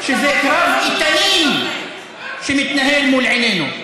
שזה קרב איתנים שמתנהל מול עינינו.